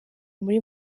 muri